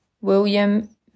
William